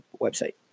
website